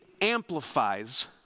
amplifies